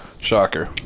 Shocker